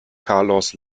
carlos